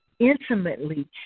intimately